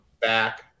back